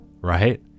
right